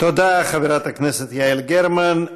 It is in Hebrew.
תודה, חברת הכנסת יעל גרמן.